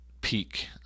peak